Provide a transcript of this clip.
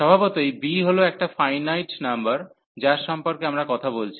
স্বভাবতই b হল একটা ফাইনাইট নম্বর যার সম্পর্কে আমরা কথা বলছি